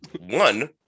One